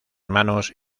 manos